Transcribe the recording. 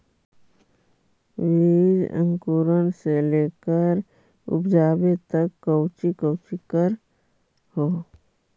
बीज अंकुरण से लेकर उपजाबे तक कौची कौची कर हो?